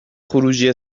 خروجی